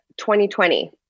2020